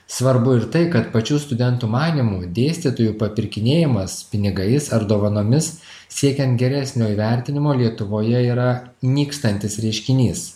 svarbu ir tai kad pačių studentų manymu dėstytojų papirkinėjimas pinigais ar dovanomis siekiant geresnio įvertinimo lietuvoje yra nykstantis reiškinys